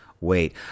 wait